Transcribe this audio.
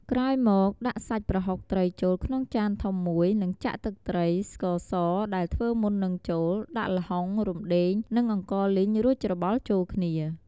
ក្រោយមកដាក់សាច់ប្រហុកត្រីចូលក្នុងចានធំមួយ នឹងចាក់ទឹកត្រី ស្ករសដែលធ្វើមុននឹងចូល ដាក់ល្ហុង រំដេង និងអង្ករលីងរួចច្របល់ចូលគ្នា។